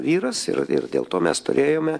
vyras ir ir dėl to mes turėjome